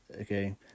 okay